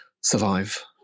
survive